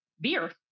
beer